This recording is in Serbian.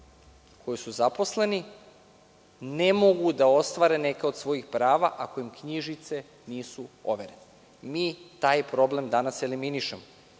koji su zaposleni ne mogu da ostvare neka od svojih prava ako im knjižice nisu overene. Mi taj problem danas eliminišemo.